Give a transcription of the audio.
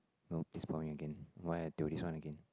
no is again why I do this one again